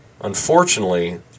Unfortunately